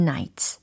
Nights